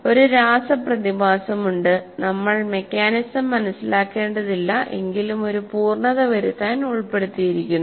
ഒരു രാസ പ്രതിഭാസമുണ്ട് നമ്മൾ മെക്കാനിസം മനസിലാക്കേണ്ടതില്ല എങ്കിലും ഒരു പൂർണത വരുത്താൻ ഉൾപ്പെടുത്തിയിരിക്കുന്നു